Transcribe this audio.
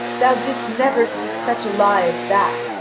thou didst never speak such a lie as that,